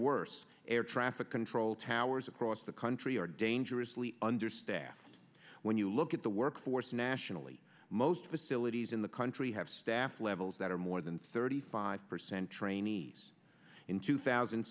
worse air traffic control towers across the country are dangerously understaffed when you look at the workforce nationally most facilities in the country have staff levels that are more than thirty five percent trainees in two thousand